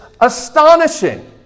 astonishing